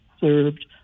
served